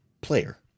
player